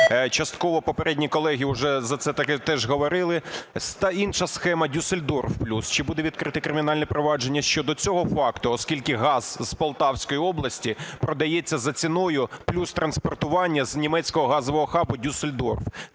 Частково попередні колеги вже за це теж говорили, та інша схема – "Дюссельдорф плюс". Чи буде відкрите кримінальне провадження щодо цього факту? Оскільки газ з Полтавської області продається за ціною плюс транспортування з німецького газового хабу Дюссельдорф.